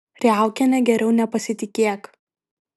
riaukiene geriau nepasitikėk